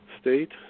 State